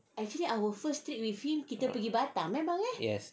yes